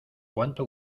cuánto